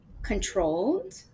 Controlled